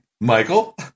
Michael